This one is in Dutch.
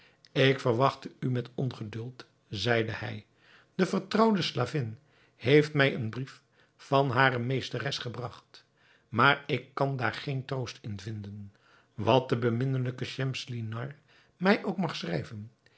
ik verwachtte u met ongeduld zeide hij de vertrouwde slavin heeft mij een brief van hare meesteres gebragt maar ik kan daar geen troost in vinden wat de beminnelijke schemselnihar mij ook mag schrijven